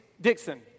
Dixon